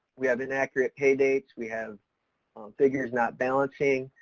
we have inaccurate pay dates, we have figures not balancing.